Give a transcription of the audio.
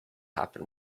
happen